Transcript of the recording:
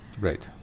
right